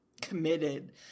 committed